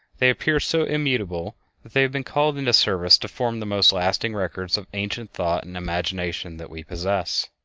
they appear so immutable that they have been called into service to form the most lasting records of ancient thought and imagination that we possess.